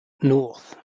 north